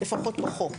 לפחות בחוק.